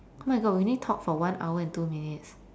oh my god we only talked for one hour and two minutes